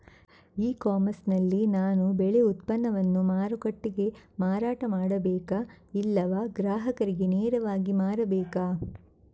E commerce ನಲ್ಲಿ ನಾನು ಬೆಳೆ ಉತ್ಪನ್ನವನ್ನು ಮಾರುಕಟ್ಟೆಗೆ ಮಾರಾಟ ಮಾಡಬೇಕಾ ಇಲ್ಲವಾ ಗ್ರಾಹಕರಿಗೆ ನೇರವಾಗಿ ಮಾರಬೇಕಾ?